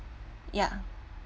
ya